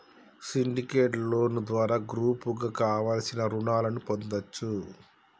syndicate loan ద్వారా గ్రూపుగా కావలసిన రుణాలను పొందొచ్చు